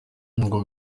nubwo